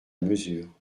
mesure